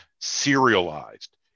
serialized